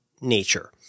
nature